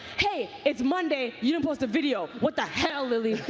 hey, it's monday, you didn't post a video, what the hell, lilly.